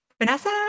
Vanessa